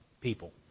people